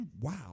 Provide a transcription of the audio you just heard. Wow